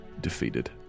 defeated